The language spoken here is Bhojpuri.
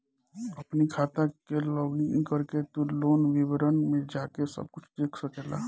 अपनी खाता के लोगइन करके तू लोन विवरण में जाके सब कुछ देख सकेला